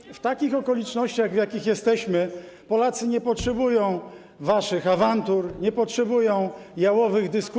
I w takich okolicznościach, w jakich jesteśmy, Polacy nie potrzebują waszych awantur, nie potrzebują jałowych dyskusji.